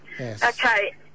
Okay